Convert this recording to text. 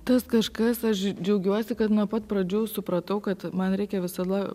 tas kažkas aš džiaugiuosi kad nuo pat pradžių supratau kad man reikia visada